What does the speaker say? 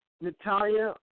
Natalia